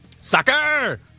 soccer